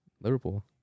Liverpool